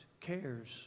cares